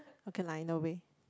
what kind I know where